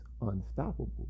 unstoppable